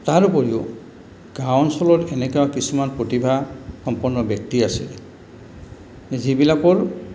তাৰ উপৰিও গাঁও অঞ্চলত এনেকুৱা কিছুমান প্ৰতিভা সম্পূৰ্ণ ব্যক্তি আছে যিবিলাকৰ